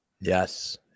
Yes